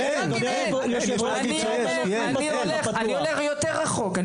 אני הולך יותר רחוק,